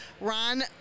Ron